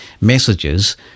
messages